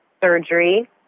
surgery